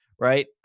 Right